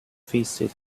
feisty